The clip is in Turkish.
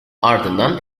ardından